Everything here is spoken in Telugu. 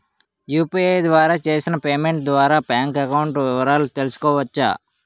యు.పి.ఐ ద్వారా చేసిన పేమెంట్ ద్వారా బ్యాంక్ అకౌంట్ వివరాలు తెలుసుకోవచ్చ?